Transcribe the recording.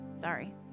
Sorry